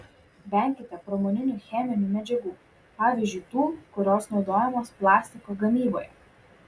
venkite pramoninių cheminių medžiagų pavyzdžiui tų kurios naudojamos plastiko gamyboje